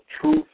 truth